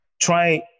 try